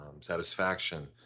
satisfaction